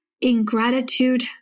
ingratitude